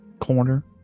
corner